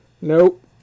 Nope